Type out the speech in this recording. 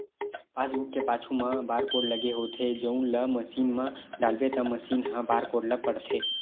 passbook के पाछू म बारकोड लगे होथे जउन ल मसीन म डालबे त मसीन ह बारकोड ल पड़थे